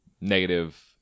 negative –